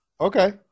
Okay